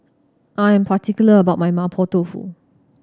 I am particular about my Mapo Tofu